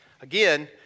Again